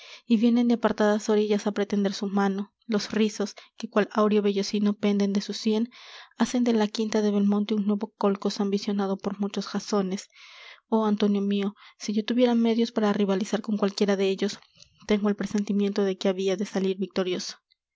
y vienen de apartadas orillas á pretender su mano los rizos que cual áureo vellocino penden de su sien hacen de la quinta de belmonte un nuevo cólcos ambicionado por muchos jasones oh antonio mio si yo tuviera medios para rivalizar con cualquiera de ellos tengo el presentimiento de que habia de salir victorioso